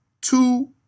two